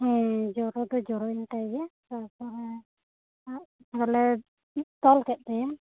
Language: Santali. ᱦᱮᱸ ᱡᱚᱨᱚ ᱫᱚ ᱡᱚᱨᱚᱭᱮᱱ ᱛᱟᱭ ᱜᱮᱭᱟ ᱛᱟᱯᱚᱨᱮ ᱵᱚᱞᱮ ᱛᱚᱞ ᱠᱮᱫ ᱛᱟᱭᱟ